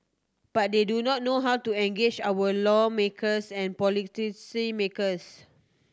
but they do not know how to engage our lawmakers and makers